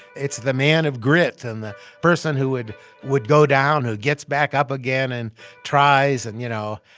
it's the man of grit and the person who would would go down who gets back up again and tries and, you know,